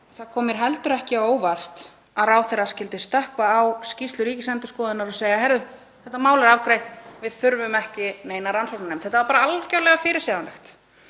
Það kom mér heldur ekki á óvart að ráðherra skyldi stökkva á skýrslu Ríkisendurskoðunar og segja: Heyrðu, þetta mál er afgreitt, við þurfum ekki neina rannsóknarnefnd. Þetta var algerlega fyrirsjáanlegt